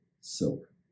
silver